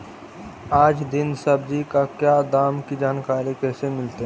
आज दीन सब्जी का क्या दाम की जानकारी कैसे मीलतय?